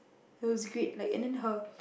it was great like and then her